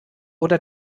oder